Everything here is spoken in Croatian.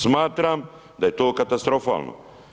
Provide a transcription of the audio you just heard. Smatram da je to katastrofalno.